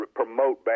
promote